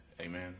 amen